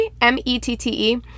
M-E-T-T-E